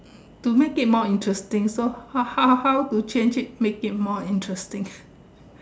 to make it more interesting so how how to change it make it more interesting